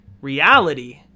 reality